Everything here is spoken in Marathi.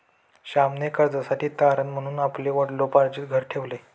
श्यामने कर्जासाठी तारण म्हणून आपले वडिलोपार्जित घर ठेवले